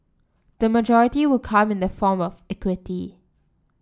the majority will come in the form of equity